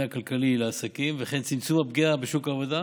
הכלכלי לעסקים וכן צמצום הפגיעה בשוק העבודה